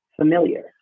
familiar